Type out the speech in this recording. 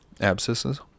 Abscesses